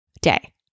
day